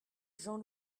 jean